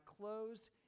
clothes